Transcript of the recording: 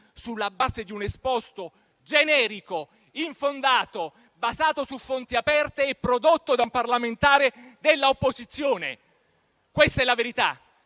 sulla base di un esposto generico, infondato, basato su fonti aperte e prodotto da un parlamentare dell'opposizione? Questa è la verità.